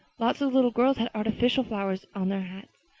lots of the little girls had artificial flowers on their hats.